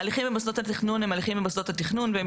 ההליכים במוסדות התכנון הם הליכים במוסדות התכנון והם